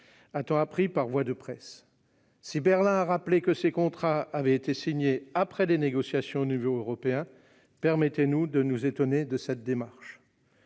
a-t-on appris par voie de presse. Si Berlin a rappelé que ces contrats avaient été signés après les négociations au niveau européen, permettez-nous de nous étonner de cette démarche.